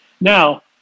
Now